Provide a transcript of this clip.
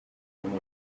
morire